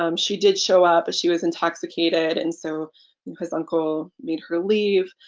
um she did show up but she was intoxicated and so his uncle made her leave.